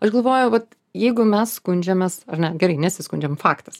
aš galvojau kad jeigu mes skundžiamės ar ne gerai nesiskundžiam faktas